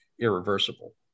irreversible